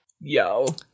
Yo